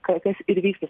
ka kas ir vyksta